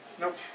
Nope